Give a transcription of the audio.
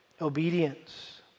obedience